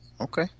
Okay